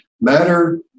Matter